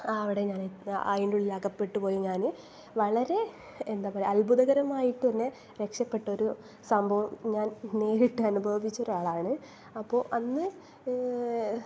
അവടെ ഞാൻ അതിൻ്റെ ഉള്ളിൽ അകപ്പെട്ട് പോയി ഞാൻ വളരെ എന്താണ് പറയുക അത്ഭുതകരമായി തന്നെ രക്ഷപെട്ടൊരു സംഭവം ഞാൻ നേരിട്ട് അനുഭവിച്ചൊരാളാണ് അപ്പോൾ അന്ന്